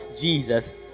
Jesus